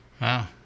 Wow